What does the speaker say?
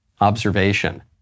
observation